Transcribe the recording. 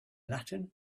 latin